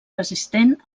resistent